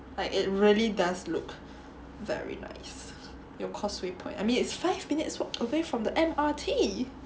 like it really does look very nice 有 Causeway Point I mean it's five minutes walk away from the M_R_T